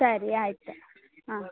ಸರಿ ಆಯಿತು ಹಾಂ